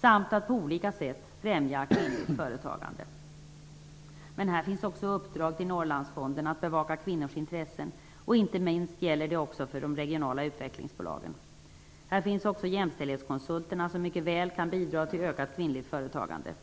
samt att på olika sätt främja nyföretagande. Här finns också uppdrag till Norrlandsfonderna att bevaka kvinnors intressen och detta gäller också inte minst för de regionala utvecklingsbolagen. Också jämställdhetskonsulterna kan mycket väl bidra till ökat kvinnligt företagande.